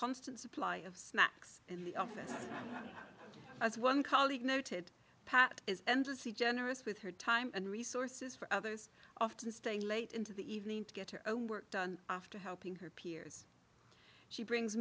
constant supply of snacks in the office as one colleague noted pat is endlessly generous with her time and resources for others often staying late into the evening to get her own work done after helping her peers she brings